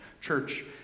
church